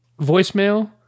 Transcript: Voicemail